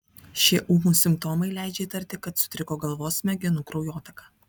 šie ūmūs simptomai leidžia įtarti kad sutriko galvos smegenų kraujotaka